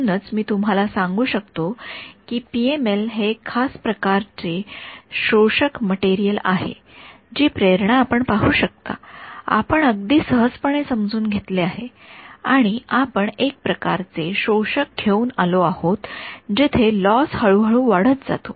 म्हणूनच मी तुम्हाला सांगू शकतो की पीएमएल हे एक खास प्रकारची शोषक मटेरियल आहे जी प्रेरणा आपण पाहू शकता आपण अगदी सहजपणे समजून घेतले आहे आणि आपण एक प्रकारचे शोषक घेऊन आलो आहोत जिथे लॉस हळूहळू वाढत जातो